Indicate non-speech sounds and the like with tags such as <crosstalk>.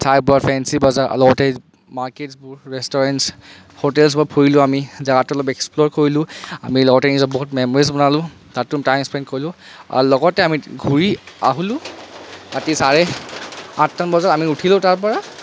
<unintelligible> fancy Bazar লগতে মাৰ্কেটছবোৰ restaurants হোটেলছবোৰ ফুৰিলোঁ আমি জেগাটো অলপ এক্সপ্ল'ৰ কৰিলোঁ আমি লগতে নিজৰ বহুত মেম'ৰিজ বনালোঁ তাতো টাইম স্পেণ্ট কৰিলোঁ আৰু লগতে আমি ঘূৰি আহিলোঁ ৰাতি চাৰে আঠটামান বজাত আমি উঠিলোঁ তাৰপৰা